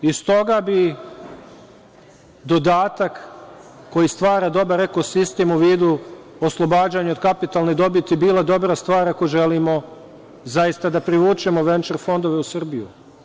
S toga bi dodatak koji stvara dobar ekosistem u vidu oslobađanja od kapitalne dobiti bila dobra stvar ako želimo zaista da privučemo venčer fondove u Srbiju.